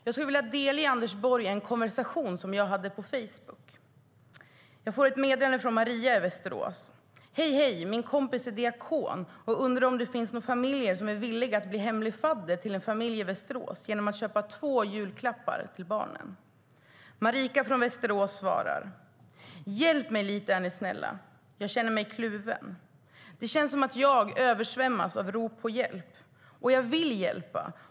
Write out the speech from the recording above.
Jag skulle vilja delge Anders Borg en konversation som jag hade på Facebook. Jag får ett meddelande från Maria i Västerås: - Hej, hej, min kompis är diakon och undrar om det finns några familjer som är villiga att bli hemlig fadder till en familj i Västerås genom att köpa två julklappar till barnen. Marika från Västerås svarar: - Hjälp mig lite, är ni snälla. Jag känner mig kluven. Det känns som att jag översvämmas av rop på hjälp. Och jag vill hjälpa.